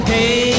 Hey